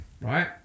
right